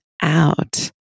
out